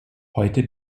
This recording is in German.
heute